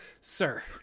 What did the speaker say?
sir